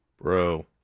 Bro